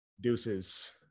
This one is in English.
deuces